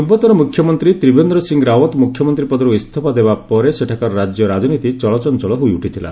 ପୂର୍ବତନ ମୁଖ୍ୟମନ୍ତ୍ରୀ ତ୍ରିବେନ୍ଦ୍ର ସିଂ ରାଓ୍ୱତ୍ ମୁଖ୍ୟମନ୍ତ୍ରୀ ପଦରୁ ଇସ୍ତଫା ଦେବା ପରେ ସେଠାକାର ରାଜ୍ୟ ରାଜନୀତି ଚଳଚଞ୍ଚଳ ହୋଇ ଉଠିଥିଲା